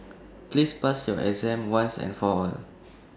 please pass your exam once and for all